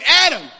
Adam